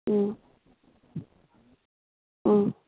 ꯎꯝ ꯎꯝ